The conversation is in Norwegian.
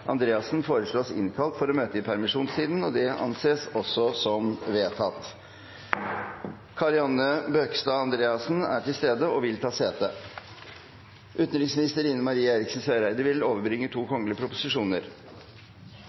Andreassen innkalles for å møte i permisjonstiden. Kari Anne Bøkestad Andreassen er til stede og vil ta sete. Representanten Nicholas Wilkinson vil